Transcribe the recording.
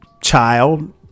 child